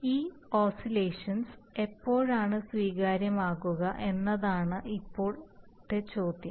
ഈ ഓസിലേഷൻ എപ്പോഴാണ് സ്വീകാര്യമാകുക എന്നതാണ് ഇപ്പോൾ ചോദ്യം